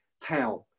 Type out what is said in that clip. town